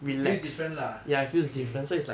it feels different lah okay